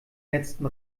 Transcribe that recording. letzten